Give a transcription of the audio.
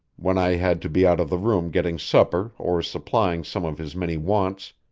when i had to be out of the room getting supper or supplying some of his many wants.